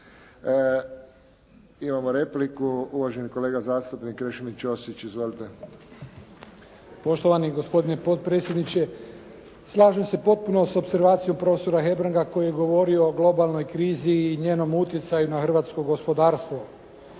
Imamo repliku, uvaženi kolega zastupnik Krešimir Ćosić. Izvolite. **Ćosić, Krešimir (HDZ)** Poštovani gospodine potpredsjedniče. Slažem se potpuno s opservacijom prof. Hebranga koji je govorio o globalnoj krizi i njenom utjecaju na hrvatsko gospodarstvo.